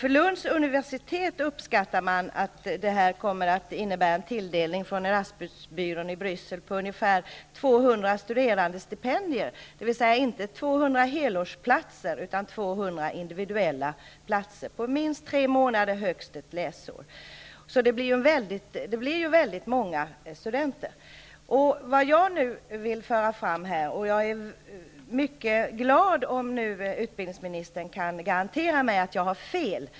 Vid Lunds universitet uppskattar man att detta kommer att innnebära en tilldelning från studerandestipendier, dvs. inte 200 helårsplatser utan 200 individuella platser på minst tre månader och högst ett läsår. Det blir väldigt många studenter. Jag är mycket glad om utbildningsministern nu kan garantera att jag har fel.